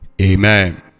Amen